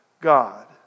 God